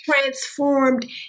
transformed